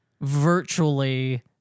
virtually